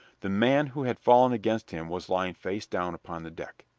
the man who had fallen against him was lying face down upon the deck.